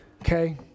okay